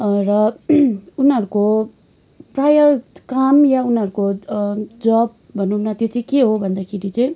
र उनीहरूको प्राय काम यहाँ उनीहरूको जब भनौँ न त्यो चाहिँ के हो भन्दाखेरि चाहिँ